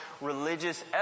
religious